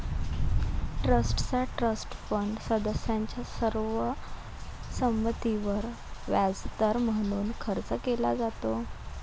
ट्रस्टचा trust fund सदस्यांच्या सर्व संमतीवर व्याजदर म्हणून खर्च केला जातो